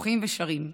בוכים ושרים.